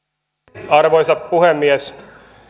arvoisa puhemies